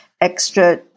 extra